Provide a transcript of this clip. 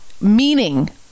meaning